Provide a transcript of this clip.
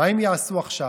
מה הם יעשו עכשיו?